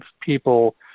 people –